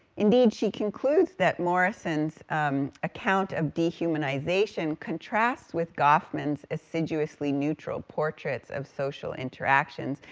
indeed, she concludes that morrison's account of dehumanization contrasts with goffman's assiduously neutral portraits of social interactions,